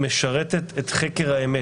ומשרתת את חקר האמת.